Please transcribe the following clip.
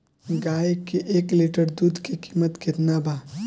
गाय के एक लीटर दुध के कीमत केतना बा?